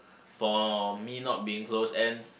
for me not being close and